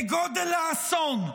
כגודל האסון,